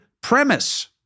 premise